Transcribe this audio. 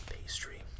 pastry